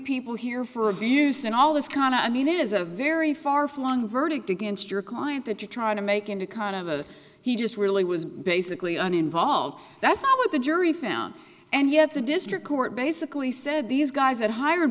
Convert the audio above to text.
people here for abuse and all this kind of i mean it is a very far flung verdict against your client that you try to make into kind of a he just really was basically uninvolved that's what the jury found and yet the district court basically said these guys had hired